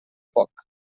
poc